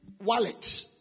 wallet